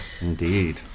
Indeed